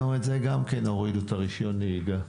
היום הורידו את רשיון הנהיגה.